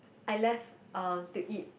I left uh to eat